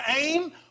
aim